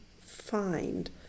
find